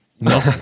No